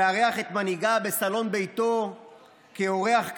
מארח את מנהיגה בסלון ביתו כאורח כבוד.